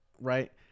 right